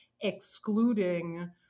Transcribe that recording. excluding